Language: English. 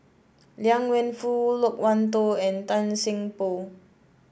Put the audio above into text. Liang Wenfu Loke Wan Tho and Tan Seng Poh